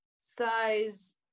size